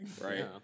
Right